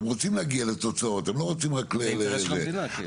אתם רוצים להגיע לתוצאות זה אינטרס של המדינה.